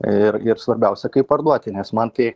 ir ir svarbiausia kaip parduoti nes man tai